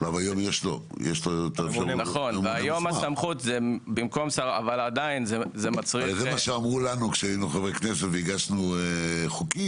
והיום הסמכות --- זה מה שאמרו לנו כשהגשנו חוקים.